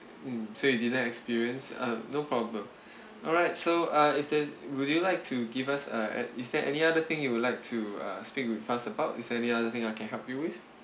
mm so you didn't experience uh no problem all right so uh is there's would you like to give us uh at is there any other thing you would like to uh speak with us about is there any other thing I can help you with